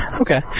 Okay